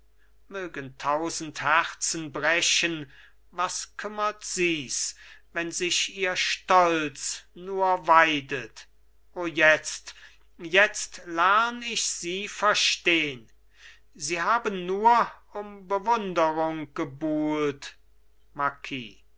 mögen tausend herzen brechen was kümmert sies wenn sich ihr stolz nur weidet o jetzt jetzt lern ich sie verstehn sie haben nur um bewunderung gebuhlt